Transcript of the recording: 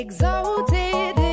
Exalted